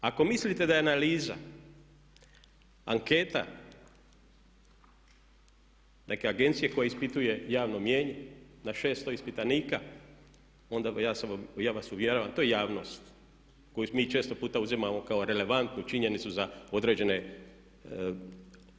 Ako mislite da je analiza anketa neke agencije koja ispituje javno mnijenje na 600 ispitanika onda ja vas uvjeravam to je javnost koju mi često puta uzimamo kao relevantnu činjenicu za određene stvari.